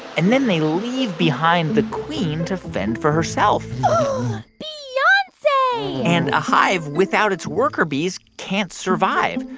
and then they leave behind the queen to fend for herself bee-yonce and a hive without its worker bees can't survive.